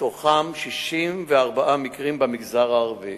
מתוכם 64 מקרים במגזר הערבי.